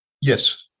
Yes